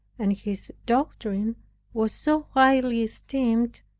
and his doctrine was so highly esteemed,